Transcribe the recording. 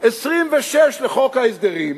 26 לחוק ההסדרים,